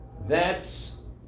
thats